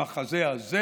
המחזה הזה